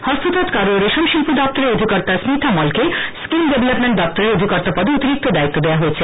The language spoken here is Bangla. হস্ততাঁত কারু ও রেশম শিল্প দপ্তরের অধিকর্তা স্মিথা মলকে স্কিল ডেভেলাপমেন্ট দপ্তরের অধিকর্তা পদে অতিরিক্ত দায়িত্ব দেয়া হয়েছে